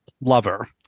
lover